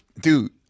Dude